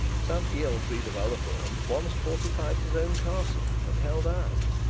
some ealfried of ullathorne once fortified his own castle, and held out,